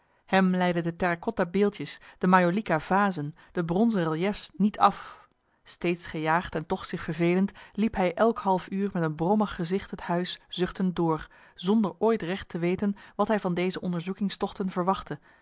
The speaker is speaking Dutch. hem leidden de terra-cotta beeldjes de majolica vazen de bronzen reliefs niet af steeds gejaagd en toch zich vervelend liep hij elk half uur met een brommig gezicht het huis zuchtend door zonder ooit recht te weten wat hij van deze onderzoekingstochten verwachtte